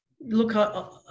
Look